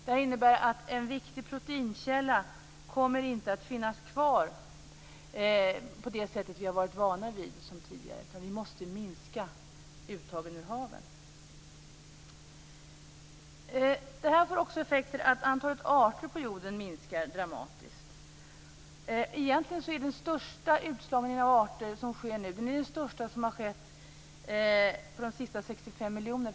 Det här innebär att en viktig proteinkälla inte kommer att finnas kvar på det sätt vi har varit vana vid sedan tidigare, utan vi måste minska uttagen ur haven. Det här får också den effekten att antalet arter på jorden minskar dramatiskt. Egentligen är den utslagning av arter som sker nu den största som har skett under de sista 65 miljonerna år.